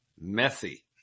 messy